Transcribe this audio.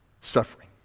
suffering